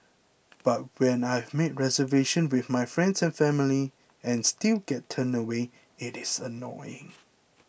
but when I have made reservations with my friends and family and still get turned away it is annoying